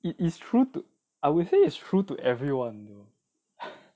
it is true to I would say it is true to everyone you know